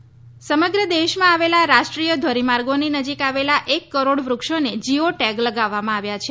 green highway સમગ્ર દેશમાં આવેલા રાષ્ટ્રીય ધોરીમાર્ગોની નજીક આવેલા એક કરોડ વૃક્ષોને જીઓ ટેગ લગાવવામાં આવ્યા છે